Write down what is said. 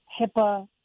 HIPAA